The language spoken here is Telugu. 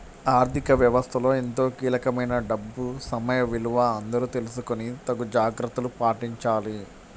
ఆర్ధిక వ్యవస్థలో ఎంతో కీలకమైన డబ్బు సమయ విలువ అందరూ తెలుసుకొని తగు జాగర్తలు పాటించాలి